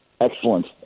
Excellent